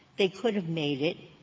they could have made it,